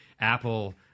Apple